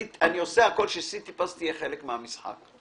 אני עושה הכול כדי שסיטיפס תהיה חלק מן המשחק.